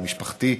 על משפחתי.